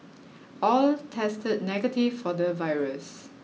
all tested negative for the virus